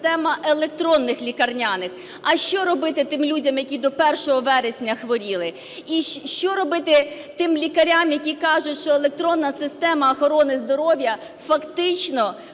електронних лікарняних. А що робити тим людям, які до 1 вересня хворіли і що робити тим лікарям, які кажуть, що електронна система охорони здоров'я фактично